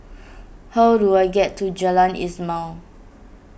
how do I get to Jalan Ismail